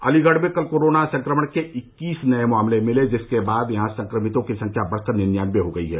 अलीगढ़ में कल कोरोना संक्रमण के इक्कीस नए मामले मिले जिसके बाद यहां संक्रमितों की संख्या बढ़कर निन्यानबे हो गई है